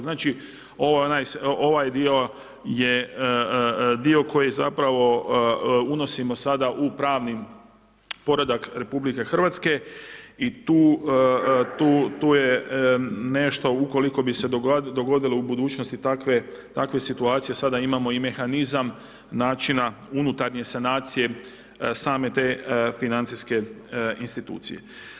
Znači ovaj dio je dio koji zapravo unosimo sada u pravni poredak RH i tu je nešto ukoliko bi se dogodilo u budućnosti takve situacije, sada imamo i mehanizam, načina unutarnje sanacije same financijske institucije.